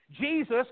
Jesus